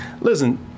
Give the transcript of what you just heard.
Listen